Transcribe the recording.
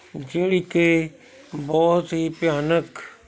ਜਿਹੜੀ ਕਿ ਬਹੁਤ ਹੀ ਭਿਆਨਕ